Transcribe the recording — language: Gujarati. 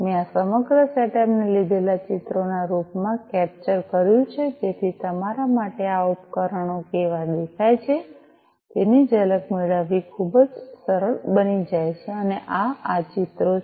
મેં આ સમગ્ર સેટઅપ ને લીધેલા ચિત્રોના રૂપમાં કેપ્ચર કર્યું છે જેથી તમારા માટે આ ઉપકરણો કેવા દેખાય છે તેની ઝલક મેળવવી ખૂબ જ સરળ બની જાય છે અને આ આ ચિત્રો છે